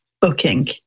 booking